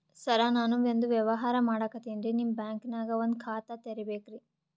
ಸರ ನಾನು ಒಂದು ವ್ಯವಹಾರ ಮಾಡಕತಿನ್ರಿ, ನಿಮ್ ಬ್ಯಾಂಕನಗ ಒಂದು ಖಾತ ತೆರಿಬೇಕ್ರಿ?